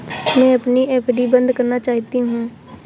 मैं अपनी एफ.डी बंद करना चाहती हूँ